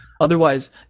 Otherwise